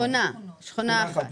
שכונה אחת.